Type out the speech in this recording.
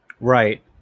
Right